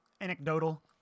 anecdotal